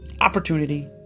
Opportunity